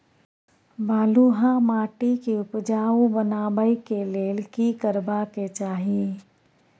बालुहा माटी के उपजाउ बनाबै के लेल की करबा के चाही?